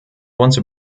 once